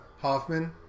Hoffman